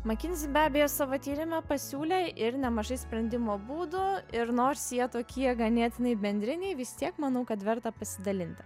makinzi be abejo savo tyrime pasiūlė ir nemažai sprendimo būdų ir nors jie tokie ganėtinai bendriniai vis tiek manau kad verta pasidalinti